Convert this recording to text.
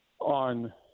on